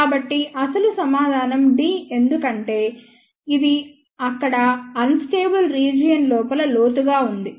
కాబట్టి అసలు సమాధానం d ఎందుకంటే ఇది ఇక్కడ అన్ స్టేబుల్ రీజియన్ లోపల లోతుగా ఉంది